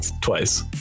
twice